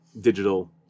Digital